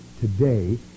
today